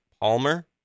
Palmer